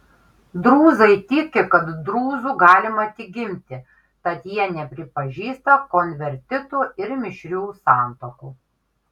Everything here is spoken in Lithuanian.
drūzai tiki kad drūzu galima tik gimti tad jie nepripažįsta konvertitų ir mišrių santuokų